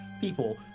people